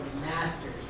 masters